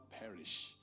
perish